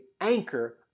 anchor